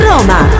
Roma